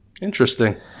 Interesting